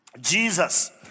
Jesus